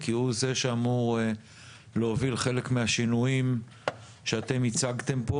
כי הוא זה שאמור להוביל חלק מהשינויים שאתם הצגתם פה.